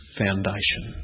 foundation